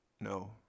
No